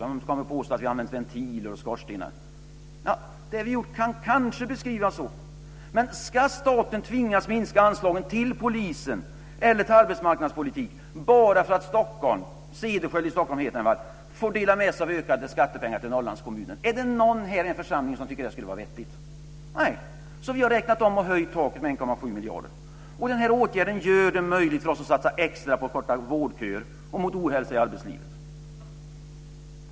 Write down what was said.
Man kommer att påstå att vi har använt ventiler och skorstenar. Ja, det vi har gjort kan kanske beskrivas så, men ska staten tvingas minska anslagen till polisen eller till arbetsmarknadspolitiken bara för att Cederschiöld i Stockholm får dela med sig av ökade skattepengar till Norrlandskommuner? Är det någon här i församlingen som tycker att det skulle vara vettigt? Nej, så vi har räknat om och höjt taket med 1,7 miljarder. Den här åtgärden gör det möjligt för oss att satsa extra på att förkorta vårdköer och att arbeta mot ohälsa i arbetslivet.